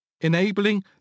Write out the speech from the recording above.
enabling